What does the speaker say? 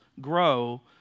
grow